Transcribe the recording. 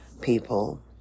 people